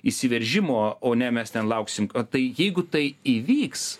įsiveržimo o ne mes ten lauksim o tai jeigu tai įvyks